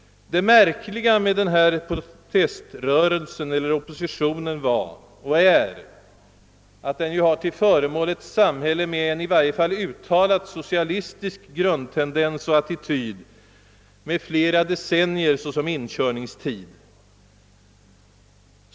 Det märkliga med denna proteströrelse eller oppositon var och är att den har till föremål ett samhälle med en uttalat socialistisk grundtendens eller attityd med flera decennier som inkörningstid.